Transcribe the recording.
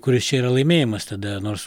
kuris čia yra laimėjimas tada nors